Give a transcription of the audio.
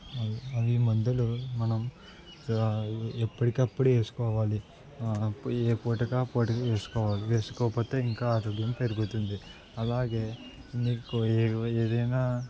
అవి మందులు మనం ఎప్పటికప్పుడు వేసుకోవాలి ఏ పుటకు ఆపూటకు వేసుకోవాలి వేసుకోకపోతే ఇంకా ఆరోగ్యం పెరుగుతుంది అలాగే నీకు ఏ ఏదైనా